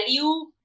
value